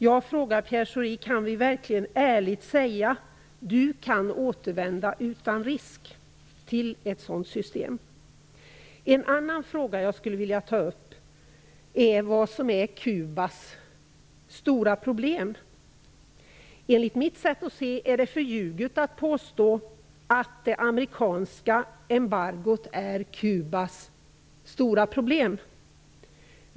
Jag frågar Pierre Schori om vi verkligen kan ärligt säga: Du kan återvända utan risk till ett sådant system. En annan fråga som jag skulle vilja ta upp är vad som är Kubas stora problem. Enligt mitt sätt att se är det förljuget att påstå att det amerikanska embargot är Kubas stora problem.